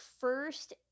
first